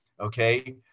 okay